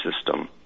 system